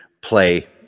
play